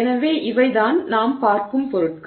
எனவே இவைதான் நாம் பார்க்கும் பொருட்கள்